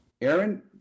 Aaron